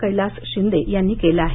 कैलास शिंदे यांनी केलं आहे